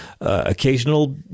Occasional